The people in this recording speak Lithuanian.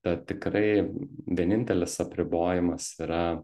tad tikrai vienintelis apribojimas yra